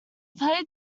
played